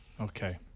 Okay